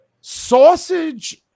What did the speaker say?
Sausage